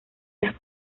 las